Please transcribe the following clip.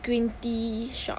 green tea shop